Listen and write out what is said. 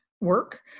work